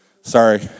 Sorry